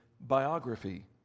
biography